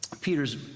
Peter's